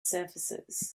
surfaces